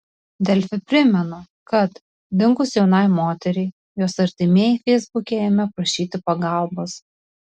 delfi primena kad dingus jaunai moteriai jos artimieji feisbuke ėmė prašyti pagalbos